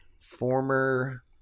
former